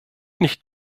nicht